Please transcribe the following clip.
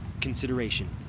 consideration